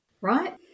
right